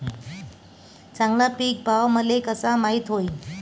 चांगला पीक भाव मले कसा माइत होईन?